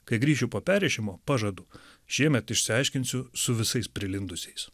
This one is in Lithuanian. kai grįšiu po perrišimo pažadu šiemet išsiaiškinsiu su visais prilindusiais